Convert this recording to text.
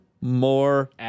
more